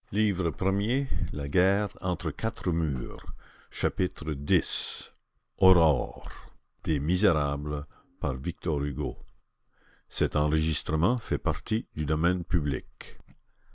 premier la guerre entre quatre murs